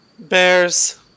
Bears